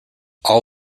all